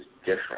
different